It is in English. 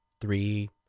three